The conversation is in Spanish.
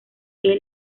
que